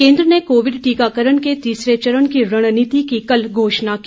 केंद्र ने कोविड टीकाकरण के तीसरे चरण की रणनीति की कल घोषणा की